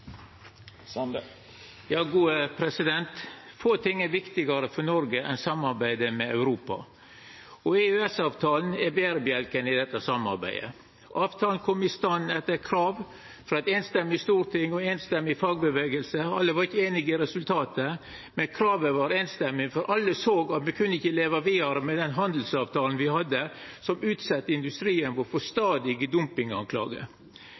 Få ting er viktigare for Noreg enn samarbeidet med Europa. EØS-avtalen er berebjelken i dette samarbeidet. Avtalen kom i stand etter krav frå eit samrøystes storting og ein samrøystes fagbevegelse. Alle var ikkje einig i resultatet. Men kravet var samrøystes, for alle såg at me ikkje kunne leva vidare med den handelsavtalen me hadde, som utsette industrien vår for